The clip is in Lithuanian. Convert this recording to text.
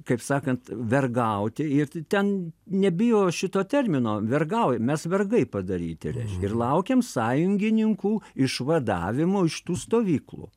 kaip sakant vergauti ir ten nebijo šito termino vergaujam mes vergai padaryti reiškia ir laukiam sąjungininkų išvadavimo iš tų stovyklų